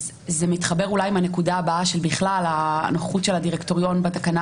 זה אולי מתחבר עם הנקודה הבאה לגבי הנוכחות של הדירקטוריון בתקנה